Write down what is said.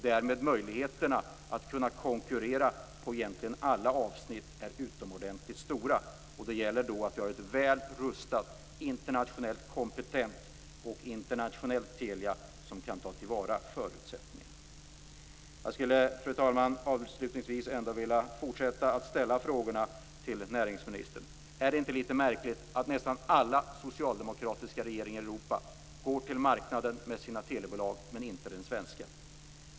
Därmed är möjligheterna att konkurrera på alla avsnitt utomordentligt stora. Det gäller då att vi har ett väl rustat, kompetent och internationellt Telia som kan ta till vara förutsättningarna. Fru talman! Avslutningsvis vill jag fortsätta att ställa de här frågorna till näringsministern: Är det inte litet märkligt att nästan alla socialdemokratiska regeringar i Europa går till marknaden med sina telebolag men inte den svenska?